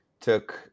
took